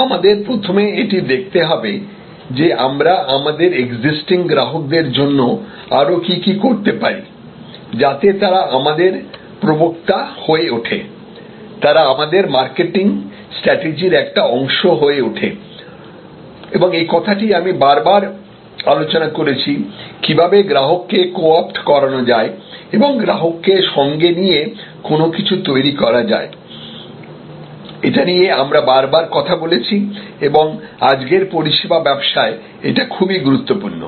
সুতরাং আমাদের প্রথমে এটি দেখতে হবে যে আমরা আমাদের এক্সিস্টিং গ্রাহকদের জন্য আরো কি কি করতে পারি যাতে তারা আমাদের প্রবক্তা হয়ে ওঠে তারা আমাদের মার্কেটিং স্ট্র্যাটেজির একটা অংশ হয়ে ওঠে এবং এই কথাটি আমরা বারবার আলোচনা করেছি কিভাবে গ্রাহককে কো অপ্ট করানো যায় এবং গ্রাহকের সঙ্গে নিয়ে কোনো কিছু তৈরি করা যায় এটা নিয়ে আমরা বারবার কথা বলেছি এবং আজকের পরিষেবা ব্যবসায় এটি খুবই গুরুত্বপূর্ণ